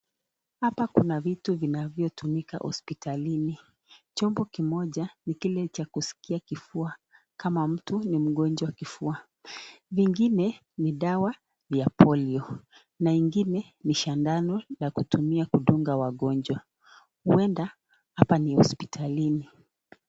Hapa kuna vitu vinavyotumika hospitalini. Chombo kimoja ni kile cha kusikia kifua kama mtu ni mgonjwa kifua, vingine ni dawa ya Polio na ingine ni sindano la kutumia kudunga wagonjwa. Huenda hapa ni hospitalini.